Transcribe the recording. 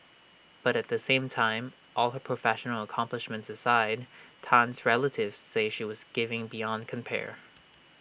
but at the same time all her professional accomplishments aside Tan's relatives say she was giving beyond compare